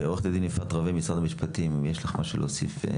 עו"ד יפעת רווה ממשרד המשפטים, יש לך משהו להוסיף?